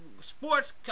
sports